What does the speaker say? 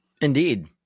Indeed